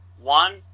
one